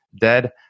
dead